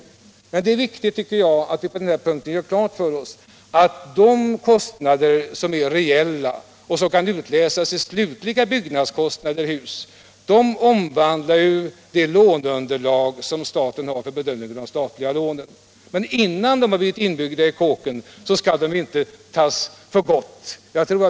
Anslag till bostads Men jag tycker att det är viktigt att vi på denna punkt gör klart för — byggande, m.m. oss att de kostnader som är reella och som kan utläsas i form av slutliga husbyggnadskostnader också omvandlar statens låneunderlag för de statliga lånen. Men innan kostnaderna har blivit inbyggda i husen skall de inte tas för gott.